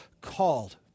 called